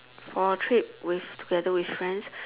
for a trip with together with friends